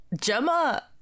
gemma